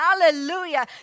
Hallelujah